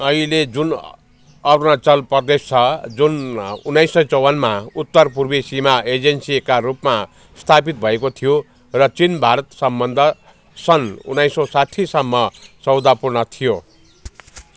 अहिले जुन अरुणाचल प्रदेश छ जुन उन्नाइस सय चवन्नमा उत्तरपूर्वी सीमा एजेन्सीको रूपमा स्थापित भएको थियो र चीन भारत सम्बन्ध सन् उन्नाइस सय साठीसम्म सौहार्दपूर्ण थियो